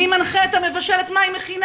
מי מנחה את המבשלת מה היא מכינה?